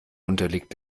unterliegt